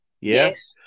yes